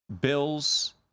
Bills